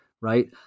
right